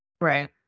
Right